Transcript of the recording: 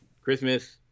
Christmas